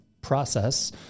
process